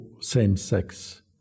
same-sex